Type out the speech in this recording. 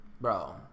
Bro